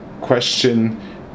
question